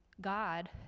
God